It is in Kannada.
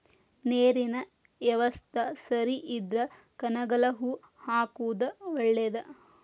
ನೇರಿನ ಯವಸ್ತಾ ಸರಿ ಇದ್ರ ಕನಗಲ ಹೂ ಹಾಕುದ ಒಳೇದ